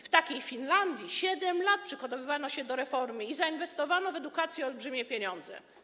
W takiej Finlandii 7 lat przygotowywano się do reformy i zainwestowano w edukację olbrzymie pieniądze.